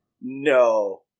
no